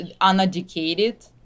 uneducated